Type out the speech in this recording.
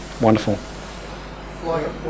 wonderful